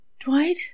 Dwight